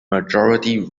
majority